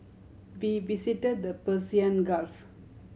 we visited the Persian Gulf